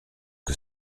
que